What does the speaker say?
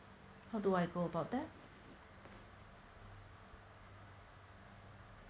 how do I go about that